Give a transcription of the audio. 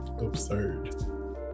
Absurd